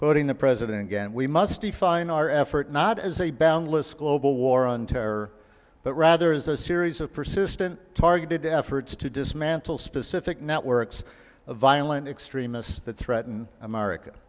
quoting the president and we must define our effort not as a ballast global war on terror but rather as a series of persistent targeted efforts to dismantle specific networks of violent extremists that threaten america